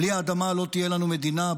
בלי האדמה לא תהיה לנו מדינה,